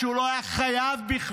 כשהוא לא היה חייב בכלל.